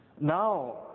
now